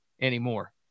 anymore